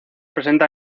presenta